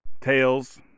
Tails